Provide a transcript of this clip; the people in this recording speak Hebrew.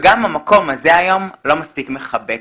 גם המקום הזה היום לא מספיק מחבק